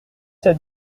sept